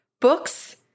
Books